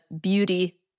beauty